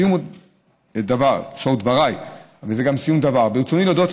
בסיום דבריי, וזה גם סיום דבר, ברצוני להודות